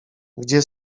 gdzie